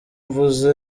mvuze